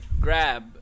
grab